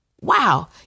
wow